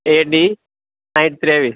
એડી સાંઠ ત્રેવીસ